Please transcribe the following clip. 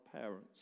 parents